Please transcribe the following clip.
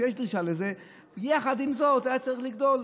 וכשיש דרישה לזה, יחד עם זה היה צריך לגדול.